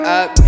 up